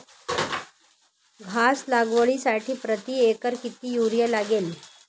घास लागवडीसाठी प्रति एकर किती युरिया लागेल?